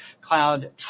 cloud